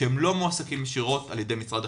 שהם לא מועסקים ישירות על ידי משרד החינוך,